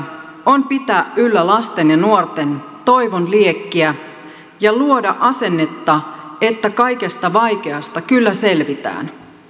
on pitää yllä lasten ja nuorten toivon liekkiä ja luoda asennetta että kaikesta vaikeasta kyllä selvitään